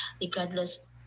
regardless